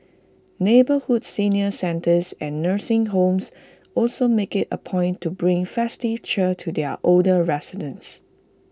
neighbourhood senior centres and nursing homes also make IT A point to bring festive cheer to their older residents